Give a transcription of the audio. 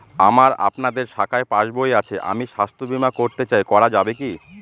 আমার আপনাদের শাখায় পাসবই আছে আমি স্বাস্থ্য বিমা করতে চাই করা যাবে কি?